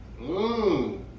Mmm